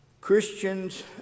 Christians